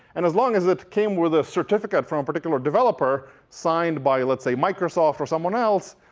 and as long as it came with a certificate from particular developer signed by let's say microsoft or someone else,